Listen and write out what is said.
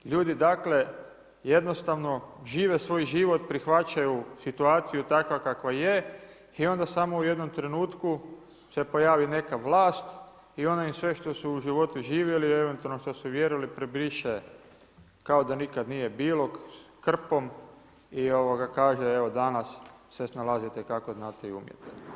Ljudi dakle jednostavno žive svoj život, prihvaćaju situaciju takva kakva je i onda samo u jednom trenutku se pojavi neka vlast i onda im sve što su u životu živjeli i eventualno u što su vjerovali prebriše kao da nikad nije bilo, krpom i kaže evo danas se snalazite kako znate i umijete.